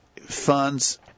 funds